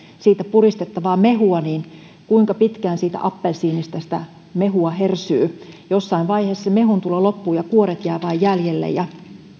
siitä puristettavaa mehua niin kuinka pitkään siitä appelsiinista sitä mehua hersyy jossain vaiheessa mehun tulo loppuu kuoret jäävät vain jäljelle ja